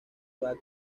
bad